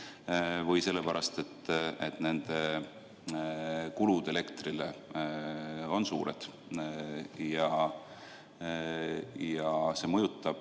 või sellepärast, et nende kulutused elektrile on suured. See mõjutab